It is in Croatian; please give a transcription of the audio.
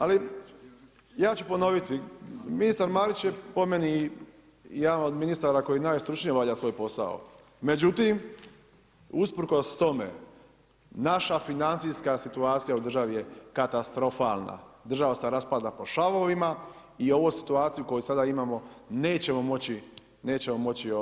Ali ja ću ponoviti, ministar Marić je po meni jedan od ministara koji najstručnije obavlja svoj posao, međutim usprkos tome, naša financijska situacija u državi je katastrofalna, država se raspada po šavovima i ovu situaciju koju sada imamo nećemo moći preživjet.